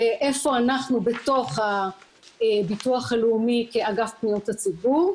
ואיפה אנחנו בתוך הביטוח הלאומי כאגף פניות הציבור.